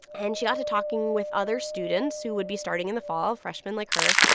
and she got to talking with other students who would be starting in the fall, freshmen like her,